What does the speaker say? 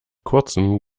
kurzem